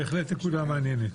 בהחלט נקודה מעניינת.